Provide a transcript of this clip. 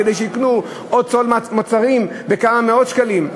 כדי שיקנו עוד סל מוצרים בכמה מאות שקלים.